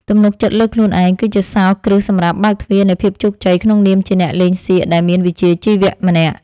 ទំនុកចិត្តលើខ្លួនឯងគឺជាសោរគ្រឹះសម្រាប់បើកទ្វារនៃភាពជោគជ័យក្នុងនាមជាអ្នកលេងសៀកដែលមានវិជ្ជាជីវៈម្នាក់។